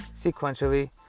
sequentially